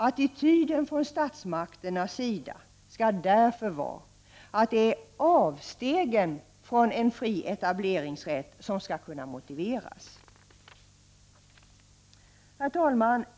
Attityden från statsmakternas sida skall därför vara att det är avstegen från en fri etableringsrätt som skall kunna motiveras. Herr talman!